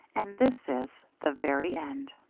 and this is the very end